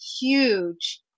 huge